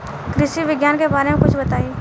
कृषि विज्ञान के बारे में कुछ बताई